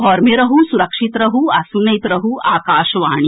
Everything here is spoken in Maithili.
घर मे रहू सुरक्षित रहू आ सुनैत रहू आकाशवाणी